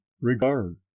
regard